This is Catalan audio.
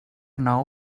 nou